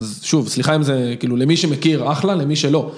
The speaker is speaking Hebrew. אז שוב, סליחה אם זה, כאילו, למי שמכיר אחלה, למי שלא..